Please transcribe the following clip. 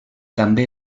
també